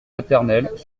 paternels